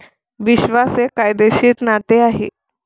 विश्वास हे कायदेशीर नाते आहे